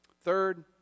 Third